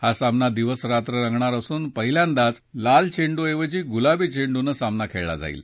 हा सामना दिवस रात्र रंगणार असून पहिल्यांदाच लाल चेंडूऐवजी गुलाबी चेंडूनं सामना खेळला जाईल